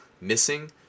missing